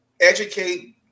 Educate